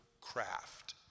craft